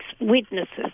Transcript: witnesses